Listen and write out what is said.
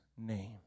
name